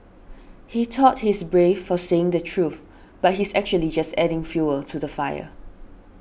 he thought he's brave for saying the truth but he's actually just adding fuel to the fire